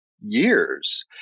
years